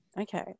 Okay